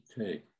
Okay